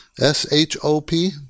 S-H-O-P